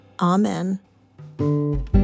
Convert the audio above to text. Amen